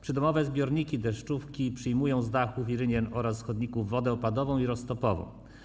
Przydomowe zbiorniki deszczówki przejmują z dachów i rynien oraz chodników wodę opadową i roztopową.